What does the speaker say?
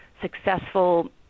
successful